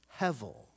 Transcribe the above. hevel